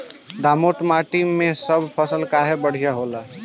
दोमट माटी मै सब फसल काहे बढ़िया होला?